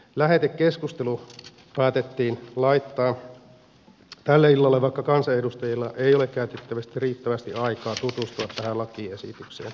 lähetekeskustelu päätettiin laittaa tälle illalle vaikka kansanedustajilla ei ole käytettävissä riittävästi aikaa tutustua tähän lakiesitykseen lakimuutokseen